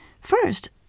First